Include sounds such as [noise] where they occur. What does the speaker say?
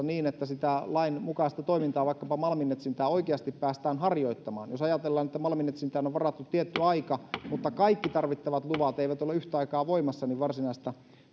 [unintelligible] niin että sitä lainmukaista toimintaa vaikkapa malminetsintää oikeasti päästään harjoittamaan jos ajatellaan että malminetsintään on varattu tietty aika mutta kaikki tarvittavat luvat eivät ole yhtä aikaa voimassa niin varsinaista